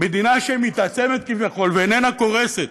מדינה שמתעצמת, כביכול, ואיננה קורסת?